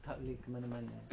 mm